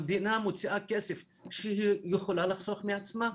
המדינה מוציאה כסף שהיא יכולה לחסוך מעצמה.